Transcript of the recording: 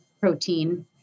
protein